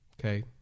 okay